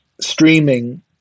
streaming